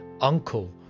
uncle